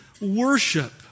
worship